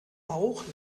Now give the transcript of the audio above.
bauch